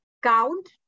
count